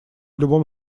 любом